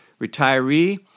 retiree